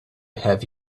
have